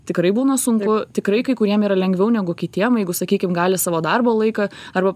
tikrai būna sunku tikrai kai kuriem yra lengviau negu kitiem jeigu sakykim gali savo darbo laiką arba